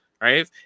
right